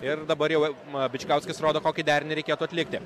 ir dabar jau bičkauskis rodo kokį derinį nereikėtų atlikti